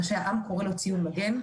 מה שהעם קורא לו ציון מגן,